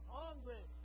hungry